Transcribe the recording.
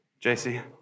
JC